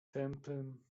tępym